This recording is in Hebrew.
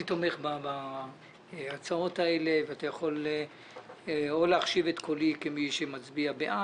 אני תומך בהצעות האלה ואתה יכול להחשיב את קולי כמי שמצביע בעד,